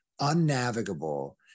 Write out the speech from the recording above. unnavigable